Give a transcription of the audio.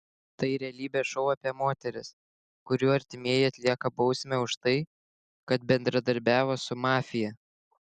tai realybės šou apie moteris kurių artimieji atlieka bausmę už tai kad bendradarbiavo su mafija